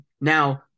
Now